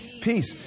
Peace